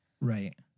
Right